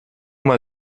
mal